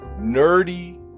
nerdy